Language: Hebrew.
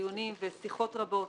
דיונים ושיחות רבות